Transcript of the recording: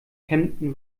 kempten